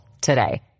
today